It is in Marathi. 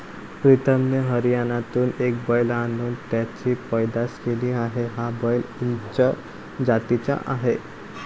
प्रीतमने हरियाणातून एक बैल आणून त्याची पैदास केली आहे, हा बैल उच्च जातीचा आहे